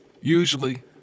Usually